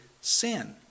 sin